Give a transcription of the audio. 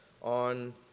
on